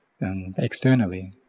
externally